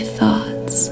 thoughts